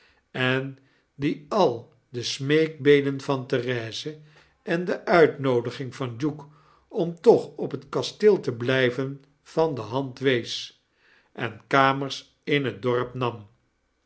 en die al de smeekgebeden van therese en de uitnoodiging van duke om toch op het kasteel te blyven van de hand wees en kamers in het dorp nam